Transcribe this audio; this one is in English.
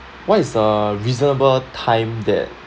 what is a reasonable time that